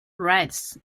rights